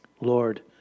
Lord